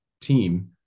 team